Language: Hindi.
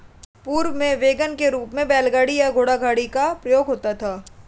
पूर्व में वैगन के रूप में बैलगाड़ी या घोड़ागाड़ी का प्रयोग होता था